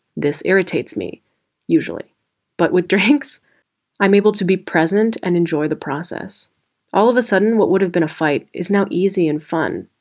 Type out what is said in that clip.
this irritates me usually but with drinks i'm able to be present and enjoy the process all of a sudden. what would have been a fight is now easy and fun.